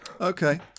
Okay